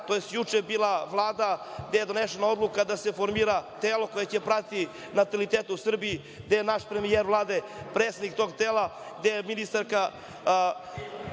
je bila sednica Vlade gde je donesena odluka da se formira telo koje će pratiti natalitet u Srbiji, gde je naš premijer Vlade predsednik tog tela, gde je ministarka